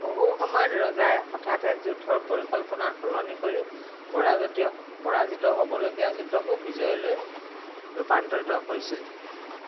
বহু সময়ত ৰজাই হঠাতে যুদ্ধৰ পৰিকল্পনা সলনি কৰি পৰাজিত হ'বলগীয়া যুদ্ধকো বিজয়লৈ ৰূপান্তৰিত কৰিছিল